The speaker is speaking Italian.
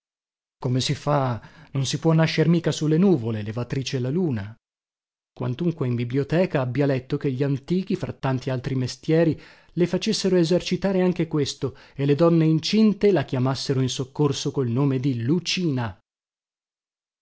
come si fa non si può nascer mica su le nuvole levatrice la luna quantunque in biblioteca abbia letto che gli antichi fra tanti altri mestieri le facessero esercitare anche questo e le donne incinte la chiamassero in soccorso col nome di lucina